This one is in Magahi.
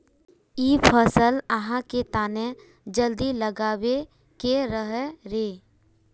इ फसल आहाँ के तने जल्दी लागबे के रहे रे?